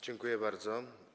Dziękuję bardzo.